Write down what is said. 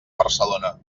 barcelona